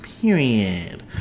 period